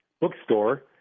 bookstore